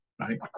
right